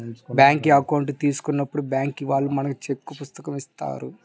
bank account తీసుకున్నప్పుడే bank వాళ్ళు మనకు చెక్కుల పుస్తకం ఇత్తారు